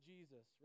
Jesus